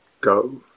go